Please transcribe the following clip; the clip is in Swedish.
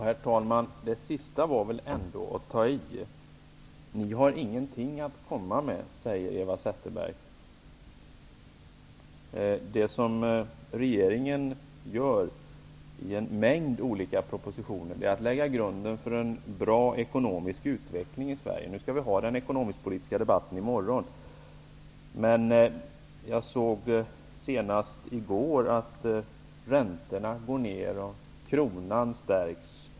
Herr talman! Eva Zetterberg säger att vi inte har någonting att komma med. Det var väl ändå att ta i. I en mängd olika propositioner lägger regeringen grunden för en bra ekonomisk utveckling i Sverige. Vi skall visserligen ha den ekonomisk-politiska debatten i morgon, men senast i går såg jag att räntorna är på väg ner och att kronkursen stärkts.